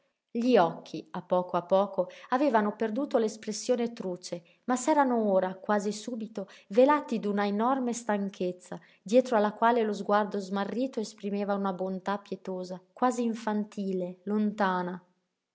perduto l'espressione truce ma s'erano ora quasi subito velati d'una enorme stanchezza dietro alla quale lo sguardo smarrito esprimeva una bontà pietosa quasi infantile lontana